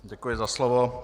Děkuji za slovo.